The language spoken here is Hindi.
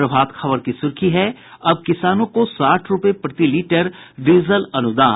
प्रभात खबर की सुर्खी है अब किसानों को साठ रूपये प्रति लीटर डीजल अनुदान